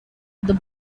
the